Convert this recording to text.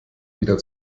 wieder